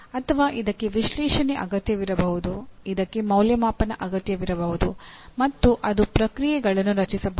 ಅಥವಾ ಇದಕ್ಕೆ ವಿಶ್ಲೇಷಣೆ ಅಗತ್ಯವಿರಬಹುದು ಇದಕ್ಕೆ ಮೌಲ್ಯಮಾಪನ ಅಗತ್ಯವಿರಬಹುದು ಮತ್ತು ಅದು ಪ್ರಕ್ರಿಯೆಗಳನ್ನು ರಚಿಸಬಹುದು